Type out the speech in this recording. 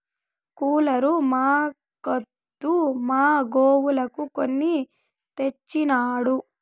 cooler మాక్కాదు మా గోవులకు కొని తెచ్చినాడు